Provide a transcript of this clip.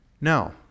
now